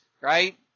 right